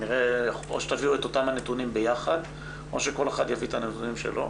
או שתביאו את אותם הנתונים ביחד או שכל אחד יביא את הנתונים שלו,